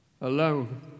Alone